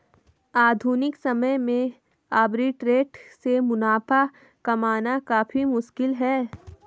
आधुनिक समय में आर्बिट्रेट से मुनाफा कमाना काफी मुश्किल है